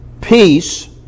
peace